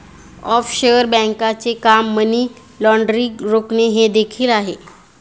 offshore बँकांचे काम money laundering रोखणे हे देखील आहे